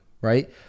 right